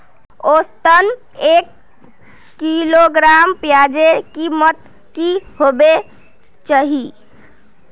औसतन एक किलोग्राम प्याजेर कीमत की होबे चही?